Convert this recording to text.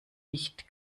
nicht